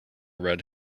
red